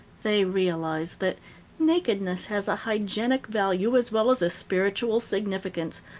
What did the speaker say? they realize that nakedness has a hygienic value as well as a spiritual significance,